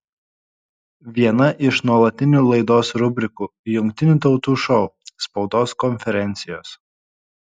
viena iš nuolatinių laidos rubrikų jungtinių tautų šou spaudos konferencijos